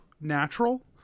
natural